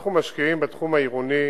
אנחנו משקיעים בתחום העירוני